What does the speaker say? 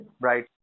Right